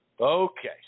Okay